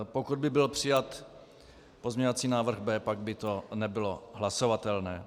Pokud by byl přijat pozměňovací návrh B, pak by to nebylo hlasovatelné.